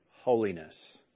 Holiness